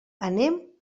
anem